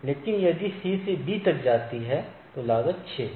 लेकिन यदि C से B तक जाती है तो लागत 6 है